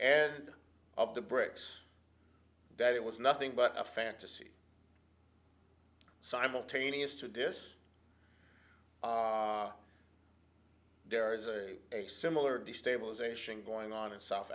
end of the breaks that it was nothing but a fantasy simultaneous to this there is a similar destabilization going on in south